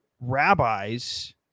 rabbis